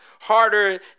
harder